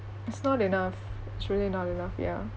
it's not enough it's really not enough ya